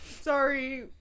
sorry